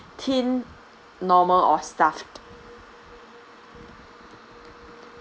thin normal or stuffed